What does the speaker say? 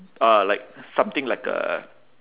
uh like something like a